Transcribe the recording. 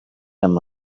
them